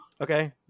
Okay